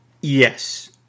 Yes